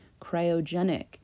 cryogenic